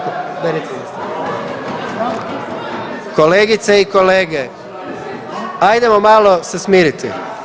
Kolegice i kolege, ajdemo malo se smiriti.